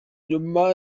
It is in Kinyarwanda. nyuma